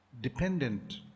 dependent